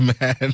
man